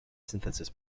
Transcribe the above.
synthesis